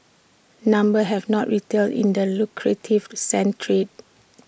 numbers have not retail in the lucrative sand trade